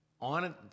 on